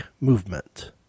movement